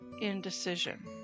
indecision